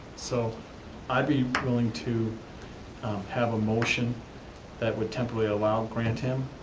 so i'd be willing to have a motion that would temporarily allow or grant him,